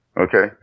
okay